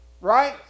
right